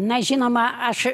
na žinoma aš